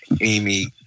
Amy